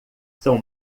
são